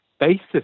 basis